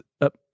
up